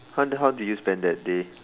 how how do you spend that day